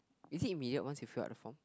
is it immediate once you fill up the form